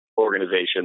organization